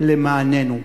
למעננו.